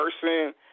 person